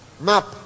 Map